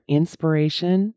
inspiration